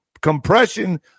compression